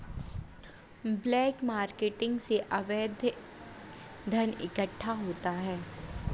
black marketing से अवैध धन इकट्ठा होता है